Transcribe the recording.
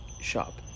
shop